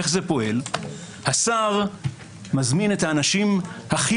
איך זה פועל - השר מזמין את האנשים הכי